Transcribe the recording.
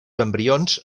embrions